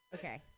Okay